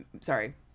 sorry